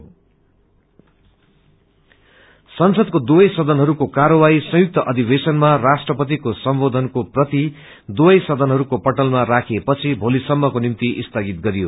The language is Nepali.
प्रेज संसदको दुवै सदनहरूको कार्यवाही संयुक्त अधिवेशनमा राष्ट्रपतिको सम्बोधनमा प्रति दुवै सदनहरूको पटलमा राखिएपछि कार्यवाही भोलीसम्मको निम्ति स्थगित गरियो